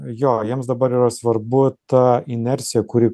jo jiems dabar yra svarbu ta inercija kuri